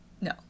No